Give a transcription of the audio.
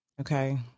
okay